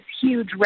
huge